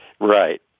Right